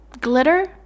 glitter